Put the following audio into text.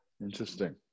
Interesting